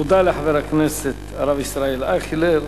תודה לחבר הכנסת הרב ישראל אייכלר.